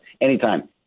anytime